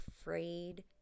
afraid